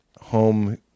home